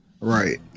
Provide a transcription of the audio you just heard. Right